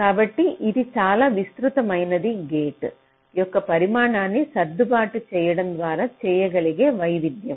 కాబట్టి ఇది చాలా విస్తృతమైనది గేట్ యొక్క పరిమాణాన్ని సర్దుబాటు చేయడం ద్వారా చేయగలిగే వైవిధ్యం